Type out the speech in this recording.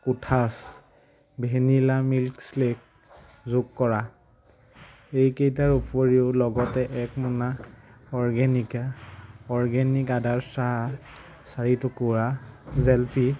কোঠাছ vanilla milkshake যোগ কৰা এইকেইটাৰ উপৰিও লগতে এক মোনা অৰ্গেনিকা অৰ্গেনিক আদাৰ চাহ চাৰি টুকুৰা জেলেপি